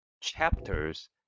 chapters